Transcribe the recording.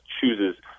chooses